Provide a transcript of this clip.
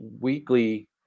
weekly